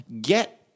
get